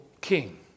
king